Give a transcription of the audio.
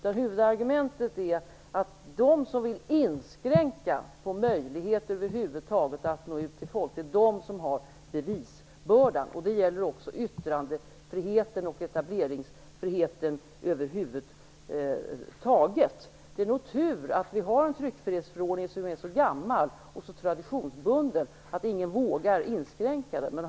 Det är att det är de som vill inskränka möjligheten att nå ut till folk som har bevisbördan. Det gäller också yttrandefriheten och etableringsfriheten över huvud taget. Det är nog tur att vår tryckfrihetsförordning är så gammal och traditionsbunden att ingen vågar inskränka den.